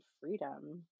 Freedom